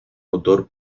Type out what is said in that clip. autor